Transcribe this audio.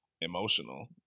emotional